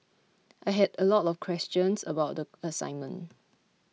I had a lot of questions about the assignment